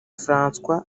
françois